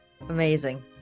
Amazing